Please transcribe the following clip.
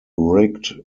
rigged